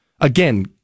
Again